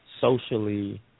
socially